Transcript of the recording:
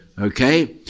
Okay